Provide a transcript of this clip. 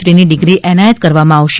ડીની degree એનાયત કરવામાં આવશે